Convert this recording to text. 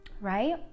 right